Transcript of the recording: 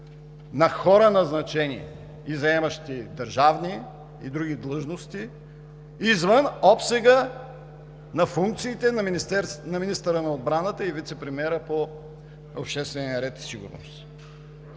на хора, назначени и заемащи държавни и други длъжности, извън обсега на функциите на министъра на отбраната и вицепремиер по обществения ред и сигурността.